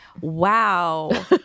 wow